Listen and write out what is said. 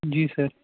جی سَر